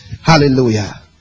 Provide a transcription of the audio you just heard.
Hallelujah